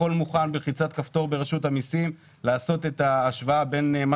הכל מוכן בלחיצת כפתור ברשות המסים לעשות את ההשוואה בין מה